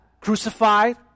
crucified